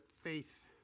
faith